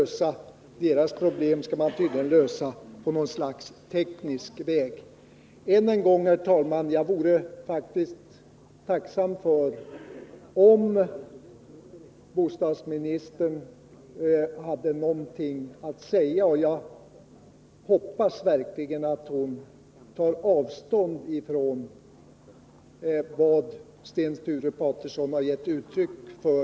Deras problem skall man tydligen lösa på något slags teknisk väg. Bostadsanvisnings Än en gång, herr talman: Jag vore tacksam om bostadsministern hade lag, m.m. någonting att säga om Sten Sture Patersons inlägg, och jag hoppas verkligen att hon tar avstånd från vad han har givit uttryck för.